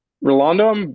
Rolando